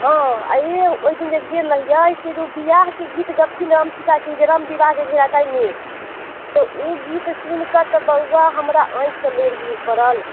हँ आ ई ओहि दिन जे गेल रहिए से जे ओ बिआहके गीत गबथिन राम सीताके ताहिमे तऽ ओ गीत सुनिके तऽ बौआ हमरा आँखिसँ नोर गिर पड़ल